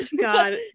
god